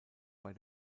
bei